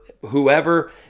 whoever